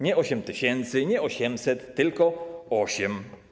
Nie 8 tys., nie 800, tylko osiem.